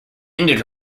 ended